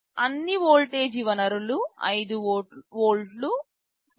కొన్ని వోల్టేజ్ వనరులు 5 వోల్ట్లు 3